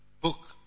Book